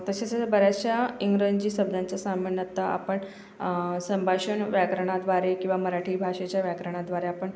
तसेच बऱ्याचशा इंग्रजी शब्दांच्या सामन्यतः आपण संभाषण व्याकरणाद्वारे किंवा मराठी भाषेच्या व्याकरणाद्वारे आपण